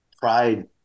pride